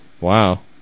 Wow